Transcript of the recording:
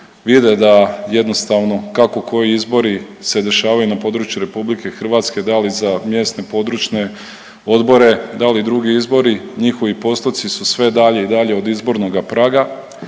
vide da jednostavno kako koji izbori se dešavaju na području RH, da li za mjesne područne odobre, da li drugi izbori, njihovi postoci su sve dalje i dalje od izbornoga praga.